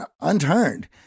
unturned